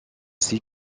six